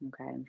okay